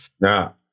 Now